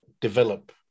develop